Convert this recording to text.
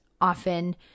often